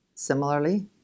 Similarly